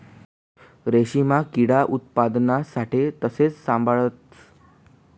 रेशीमना किडा उत्पादना साठे तेसले साभाळतस